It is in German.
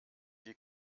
die